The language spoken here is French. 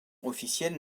officielle